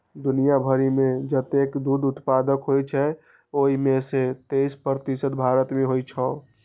दुनिया भरि मे जतेक दुग्ध उत्पादन होइ छै, ओइ मे सं तेइस प्रतिशत भारत मे होइ छै